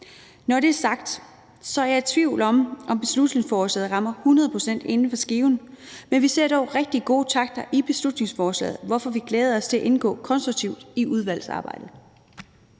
Når det er sagt, er jeg i tvivl om, om beslutningsforslaget rammer hundrede procent inden for skiven, men vi ser dog rigtig gode takter i beslutningsforslaget, hvorfor vi glæder os til at indgå konstruktivt i udvalgsarbejdet.